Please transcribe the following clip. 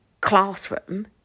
classroom